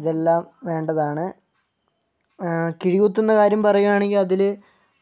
ഇതെല്ലാം വേണ്ടതാണ് കിഴികുത്തുന്ന കാര്യം പറയുവാണെങ്കിൽ അതില്